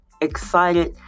excited